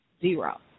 zero